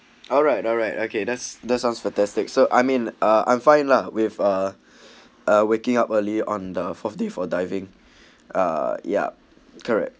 alright alright okay that's that sounds fantastic so I'm in a I'm fine lah with a waking up early on the fourth day for diving ah yup correct